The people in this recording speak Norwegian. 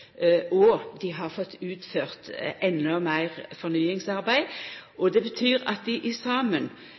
og dei har fått utført endå meir fornyingsarbeid. Det betyr at dei saman